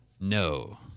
No